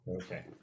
okay